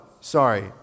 sorry